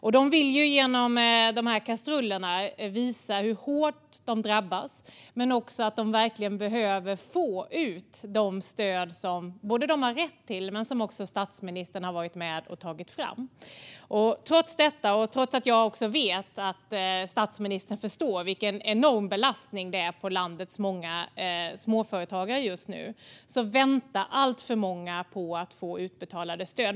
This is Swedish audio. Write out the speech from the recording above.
Med hjälp av kastrullerna vill de visa hur hårt de drabbas men också att de verkligen behöver få ut de stöd som de har rätt till och som statsministern har varit med och tagit fram. Trots detta och trots att jag vet att statsministern förstår vilken enorm belastning det just nu är på landets många småföretagare väntar alltför många på att få stöd utbetalade.